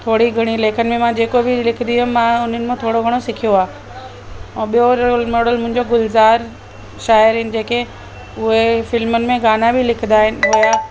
थोरी घणी लेखनि में मां जेको बि लिखंदी हुअमि मां उन्हनि मां थोरो घणो सिखियो आहे ऐं ॿियों रोल मॉडल मुंहिंजो गुलज़ार शाइर ही जेके उहे फ़िल्मनि में गाना बि लिखंदा आहिनि